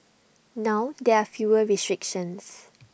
now there are fewer restrictions